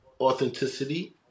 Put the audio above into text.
authenticity